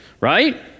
right